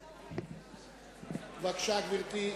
בבקשה, גברתי.